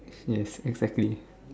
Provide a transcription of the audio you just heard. yes exactly